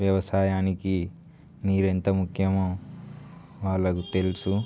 వ్యవసాయానికి నీరు ఎంత ముఖ్యమో వాళ్లకు తెలుసు